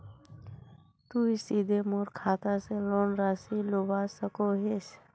तुई सीधे मोर खाता से लोन राशि लुबा सकोहिस?